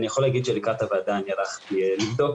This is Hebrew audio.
אני יכול להגיד שלקראת הוועדה הלכתי לבדוק